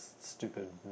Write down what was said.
stupid